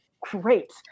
great